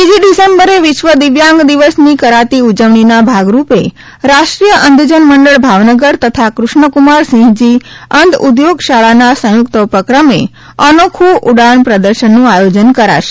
ત્રીજી ડિસેંમ્બરે વિશ્વ દિવ્યાંગ દિવસની કરાતી ઊજવણીના ભાગરૂપે રાષ્ટ્રીય અંધજન મંડળ ભાવનગર તથા કૃષ્ણકુમારસિંહજી અંધ ઉધોગ શાળાના સંયુક્ત ઉપક્રમે અનોખું ઉડાન પ્રદર્શનનું આયોજન કરાશે